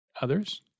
others